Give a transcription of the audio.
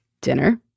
dinner